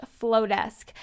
flowdesk